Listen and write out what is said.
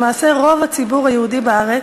למעשה רוב הציבור היהודי בארץ,